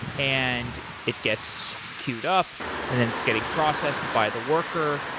and it gets queued up and then it's getting processed by the worker.